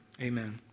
Amen